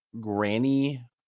Granny